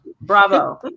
Bravo